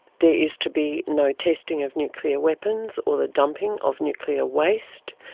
there is to be no testing of nuclear weapons or the dumping of nuclear waste,